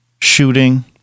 shooting